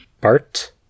Bart